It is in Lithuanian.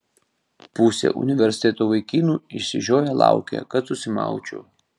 pusė universiteto vaikinų išsižioję laukia kad susimaučiau